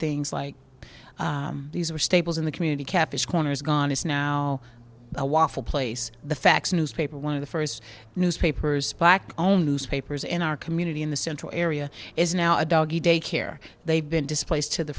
things like these are staples in the community cafes corner is gone is now a waffle place the facts newspaper one of the first newspapers black own newspapers in our community in the central area is now a doggie day care they've been displaced to the